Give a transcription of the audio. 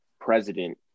president